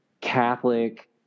Catholic